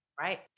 Right